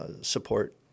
support